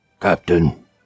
Captain